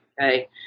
Okay